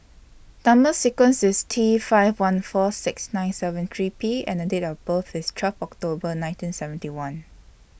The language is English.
Number sequence IS T five one four six nine seven three P and The Date of birth IS twelve October nineteen seventy one